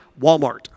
Walmart